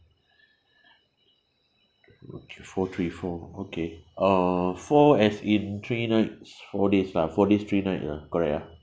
okay four three four okay uh four as in three nights four days lah four days three night lah correct ah